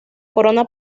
corona